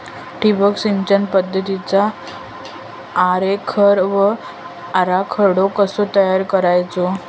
ठिबक सिंचन पद्धतीचा आरेखन व आराखडो कसो तयार करायचो?